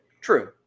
True